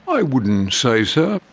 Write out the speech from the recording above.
i wouldn't say so.